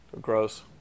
gross